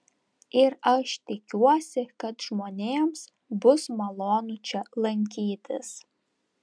ir aš tikiuosi kad žmonėms bus malonu čia lankytis